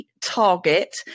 target